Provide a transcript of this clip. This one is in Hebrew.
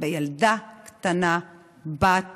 בילדה קטנה בת חמש,